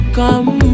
come